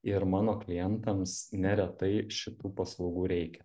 ir mano klientams neretai šitų paslaugų reikia